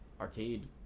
arcade